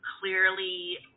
clearly